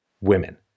women